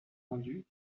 rendues